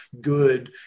good